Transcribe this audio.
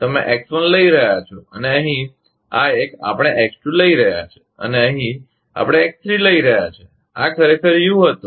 તમે x1 લઈ રહ્યાં છો અને અહીં આ એક આપણે x2 લઈ રહ્યા છીએ અને અહીં આપણે x3 લઈ રહ્યા છીએ અને આ ખરેખર યુ હતો